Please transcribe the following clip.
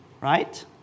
right